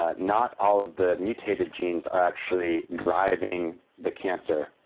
ah not all of the mutated genes are actually driving the cancer.